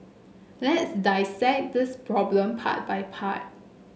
let's dissect this problem part by part